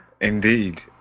Indeed